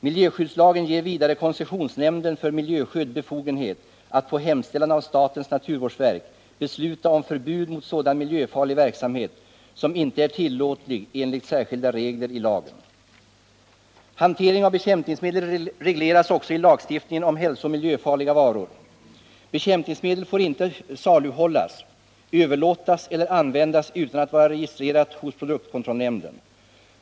Miljöskyddslagen ger vidare koncessionsnämnden för miljöskydd befogenhet att på hemställan av statens naturvårdsverk besluta om förbud mot sådan miljöfarlig verksamhet som inte är tillåtlig enligt särskilda regler i lagen. Hantering av bekämpningsmedel regleras också i lagstiftningen om hälsooch miljöfarliga varor. Bekämpningsmedel får inte saluhållas, överlåtas eller användas utan att vara registrerat hos produktkontrollnämnden.